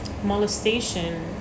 molestation